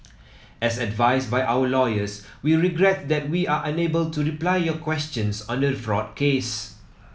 as advised by our lawyers we regret that we are unable to reply your questions on the fraud case